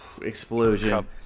Explosion